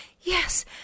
yes